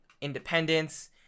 independence